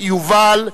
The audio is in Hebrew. יובל,